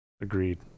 Agreed